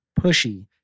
pushy